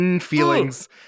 Feelings